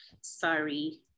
sorry